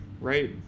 right